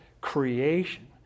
creation